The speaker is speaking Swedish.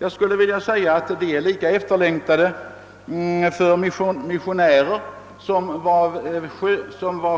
Jag skulle vilja säga att de är lika efterlängtade för våra missionärer som